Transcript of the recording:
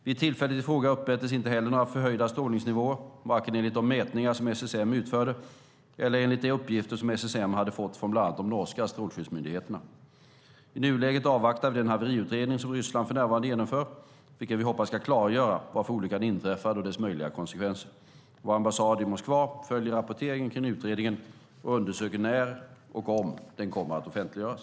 Vid tillfället i fråga uppmättes inte heller några förhöjda strålningsnivåer, varken enligt de mätningar som SSM utförde eller enligt de uppgifter som SSM hade fått från bland annat den norska strålsäkerhetsmyndigheten. I nuläget avvaktar vi den haveriutredning som Ryssland för närvarande genomför, vilken vi hoppas ska klargöra varför olyckan inträffade och dess möjliga konsekvenser. Vår ambassad i Moskva följer rapporteringen kring utredningen och undersöker när och om den kommer att offentliggöras.